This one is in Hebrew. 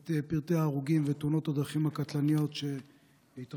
את פרטי ההרוגים בתאונות הדרכים הקטלניות שהתרחשו.